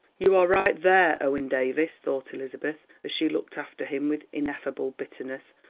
you are right there, owen davies, thought elizabeth, as she looked after him with ineffable bitterness,